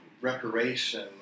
reparation